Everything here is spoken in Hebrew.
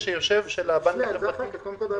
(4) על אף האמור בפסקה (2),